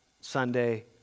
Sunday